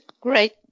Great